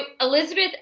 Elizabeth